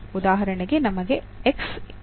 ಉದಾಹರಣೆಗೆ ನಮಗೆ ಇದೆ